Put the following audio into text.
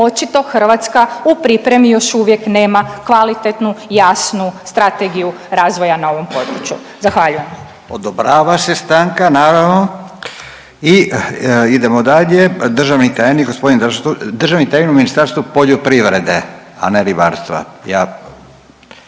očito Hrvatska u pripremi još uvijek nema kvalitetnu jasnu strategiju razvoja na ovom području. Zahvaljujem. **Radin, Furio (Nezavisni)** Odobrava se stanka, naravno. I idemo dalje, državni tajnik, gospodin .../nerazumljivo/... državni tajnik u Ministarstvo poljoprivrede, a ne ribarstva,